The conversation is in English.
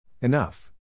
Enough